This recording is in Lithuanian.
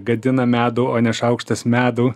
gadina medų o ne šaukštas medų